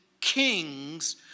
kings